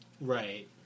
Right